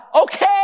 Okay